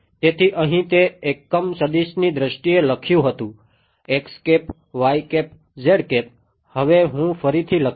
તેથી અહીં તે એકમ સદિશની દ્રષ્ટિએ લખ્યું હતું હવે હું ફરીથી લખીશ